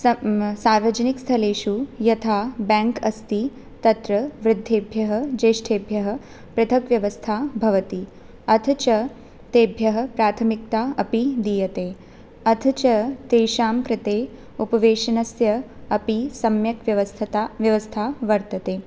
स सार्वजनिकस्थलेषु यथा बेङ्क् अस्ति तत्र वृद्धेभ्यः ज्येष्ठेभ्यः पृथग् व्यवस्था भवति अथ च तेभ्यः प्राथमिकता अपि दीयते अथ च तेषां कृते उपवेशनस्य अपि सम्यक् व्यवस्था व्यवस्था वर्तते